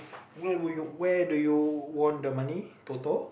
where were you where do you won the money Toto